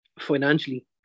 financially